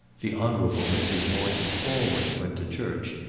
the honourable mrs. morton always went to church,